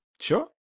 sure